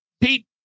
Pete